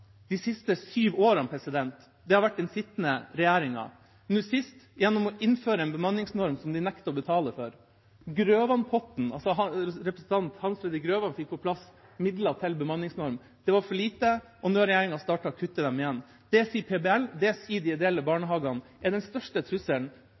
de siste syv årene har vært den sittende regjeringa – nå sist gjennom å innføre en bemanningsnorm som de nekter å betale for. Grøvan-potten, altså det representanten Hans Fredrik Grøvan fikk på plass av midler til bemanningsnorm, var for lite, og nå har regjeringa startet å kutte i det igjen. Det sier PBL, og det sier de ideelle barnehagene er den største trusselen mot fremdeles drift av